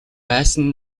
байсан